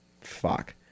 fuck